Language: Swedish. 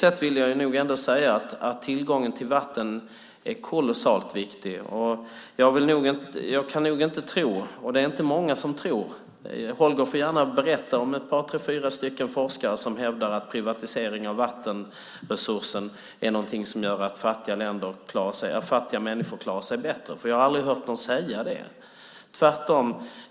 Jag vill därför säga att tillgången till vatten är kolossalt viktig. Holger Gustafsson får gärna berätta om några forskare som hävdar att privatisering av vattenresursen är någonting som gör att fattiga människor klarar sig bättre. Jag kan inte tro det, och det är inte många som tror det. Jag har aldrig hört någon säga det, tvärtom.